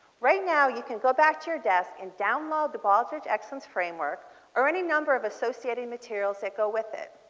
right now you can go back to your desk and download the baldrige excellent framework or any number of associated materials that go with it